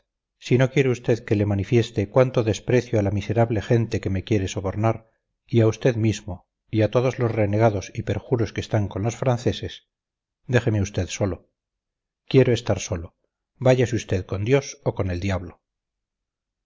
si no quiere usted que le manifieste cuánto desprecio a la miserable gente que me quiere sobornar y a usted mismo y a todos los renegados y perjuros que están con los franceses déjeme usted solo quiero estar solo váyase usted con dios o con el diablo